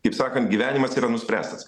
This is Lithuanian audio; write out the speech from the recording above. kaip sakant gyvenimas yra nuspręstas